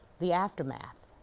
the aftermath.